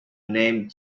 name